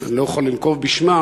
אני לא יכול לנקוב בשמה,